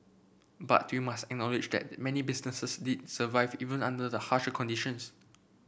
but we must acknowledge that many businesses did survive even under the harsher conditions